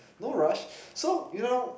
no rush so you know